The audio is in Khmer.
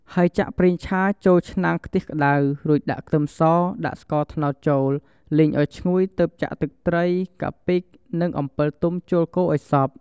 ហើយចាក់ប្រេងឆា ចូលឆ្នាំងខ្ទះក្តៅ រួចដាក់ខ្ទឹមស ដាក់ស្ករត្នោតចូល លីងឱ្យឈ្ងុយទើបចាក់ទឹកត្រី កាពិ និងអំពិលទុំចូលកូរឱ្យសព្វ។